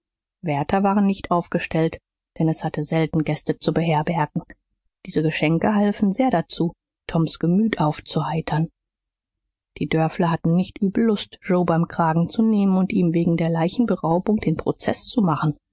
wärter waren nicht aufgestellt denn es hatte selten gäste zu beherbergen diese geschenke halfen sehr dazu toms gemüt aufzuheitern die dörfler hatten nicht übel lust joe beim kragen zu nehmen und ihm wegen der leichenberaubung den prozeß zu machen